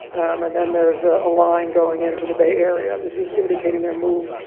and then there's a line going into the bay area. this is indicating their move.